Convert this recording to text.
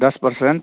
दस परसेंट